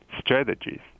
strategies